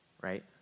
Right